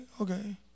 okay